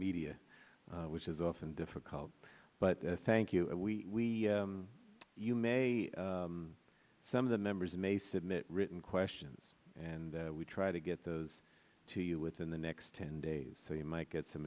media which is often difficult but thank you and we you may some of the members may submit written questions and we try to get those to you within the next ten days so you might get some